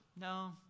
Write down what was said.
no